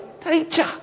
teacher